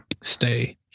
stay